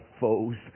foes